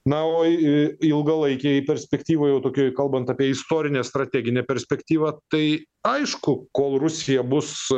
na o į į jau ilgalaikėje perspektyvoj jau tokioj kalbant apie istorinę strateginę perspektyvą tai aišku kol rusija bus